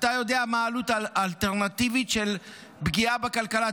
אתה יודע מה העלות האלטרנטיבית של פגיעה בכלכלה.